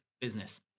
business